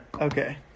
Okay